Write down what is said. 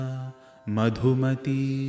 Madhumati